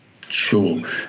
Sure